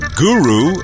guru